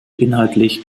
inhaltlich